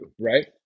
right